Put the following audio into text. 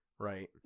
Right